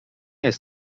jest